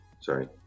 Sorry